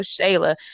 Shayla